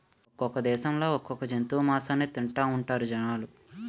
ఒక్కొక్క దేశంలో ఒక్కొక్క జంతువు మాసాన్ని తింతాఉంటారు జనాలు